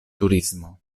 turismo